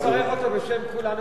אז אני מברך אותו בשם כולנו,